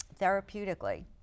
therapeutically